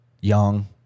Young